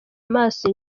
amaso